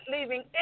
leaving